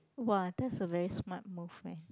!wow! that's a very smart move eh